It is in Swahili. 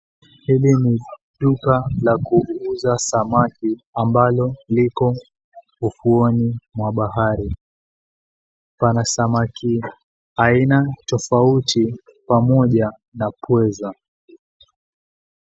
Hili ni duka la kuuza samaki ambalo liko ufuoni mwa bahari. Pana samaki aina tofauti, pamoja na pweza.